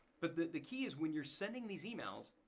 but the the key is when you're sending these emails,